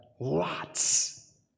Lots